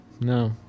No